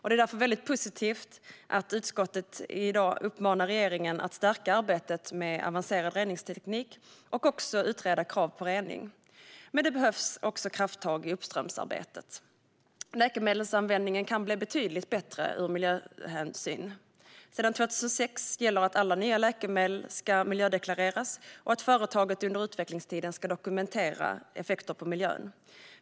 Det är därför väldigt positivt att utskottet i dag uppmanar regeringen att stärka arbetet med avancerad reningsteknik och utreda krav på rening. Men det behövs också krafttag i uppströmsarbetet. Läkemedelsanvändningen kan bli betydligt bättre i miljöhänseende. Sedan 2006 gäller att alla nya läkemedel ska miljödeklareras och att företaget under utvecklingstiden ska dokumentera effekter på miljön.